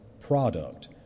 product